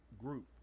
group